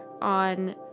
on